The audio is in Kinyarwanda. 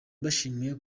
mbashimiye